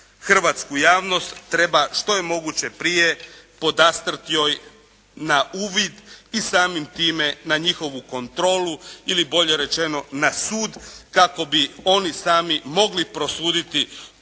hrvatsku javnost treba što je moguće prije podastrt joj na uvid i samim time na njihovu kontrolu ili bolje rečeno na sud kako bi oni sami mogli prosuditi tko